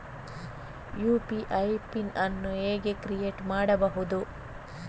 UPI PIN ಅನ್ನು ಹೇಗೆ create ಮಾಡುದು?